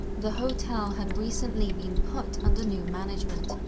the hotel had recently been put under new management,